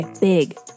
big